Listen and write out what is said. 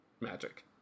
magic